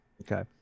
Okay